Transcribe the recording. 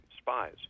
spies